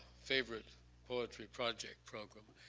favorite poetry project program,